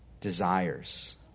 desires